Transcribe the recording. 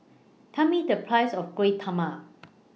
Tell Me The Price of Kueh Talam